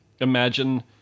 imagine